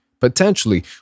Potentially